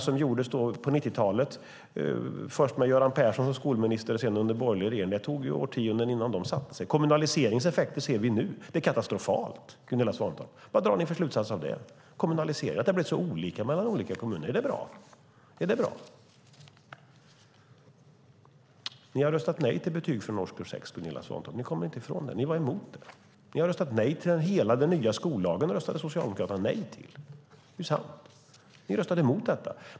Det gjordes reformer på 90-talet, först med Göran Persson som skolminister och sedan under borgerlig regering. Det tog årtionden innan de satte sig. Kommunaliseringens effekter ser vi först nu. De är katastrofala, Gunilla Svantorp. Vad drar ni för slutsatser av det? Det har blivit så olika mellan kommunerna. Är det bra? Ni har röstat nej till betyg från årskurs 6, Gunilla Svantorp. Ni kommer inte ifrån att ni var emot det. Socialdemokraterna röstade nej till hela den nya skollagen. Det är sant.